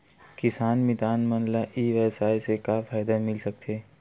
किसान मितान मन ला ई व्यवसाय से का फ़ायदा मिल सकथे?